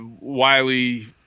Wiley